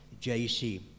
JC